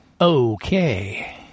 Okay